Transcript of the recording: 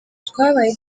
twabaye